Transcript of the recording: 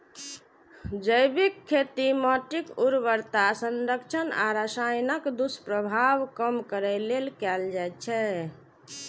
जैविक खेती माटिक उर्वरता संरक्षण आ रसायनक दुष्प्रभाव कम करै लेल कैल जाइ छै